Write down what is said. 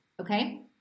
Okay